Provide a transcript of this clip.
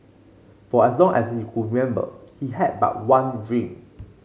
for as long as he could remember he had but one dream